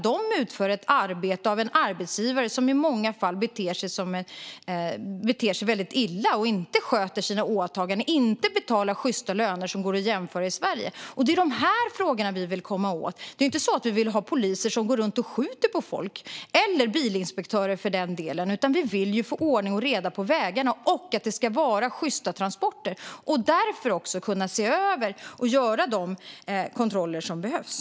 De utför ett arbete åt en arbetsgivare som i många fall beter sig väldigt illa och inte sköter sina åtaganden eller betalar löner som med svenska förhållanden är sjysta. Det är dessa frågor vi vill komma åt. Vi vill inte ha poliser eller för den delen bilinspektörer som går runt och skjuter på folk, utan vi vill få ordning och reda på vägarna. Det ska dessutom vara sjysta transporter. Därför vill vi se över och kunna göra de kontroller som behövs.